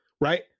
right